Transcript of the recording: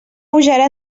pujarà